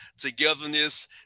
togetherness